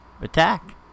Attack